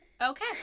Okay